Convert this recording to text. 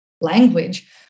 language